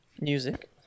music